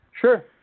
Sure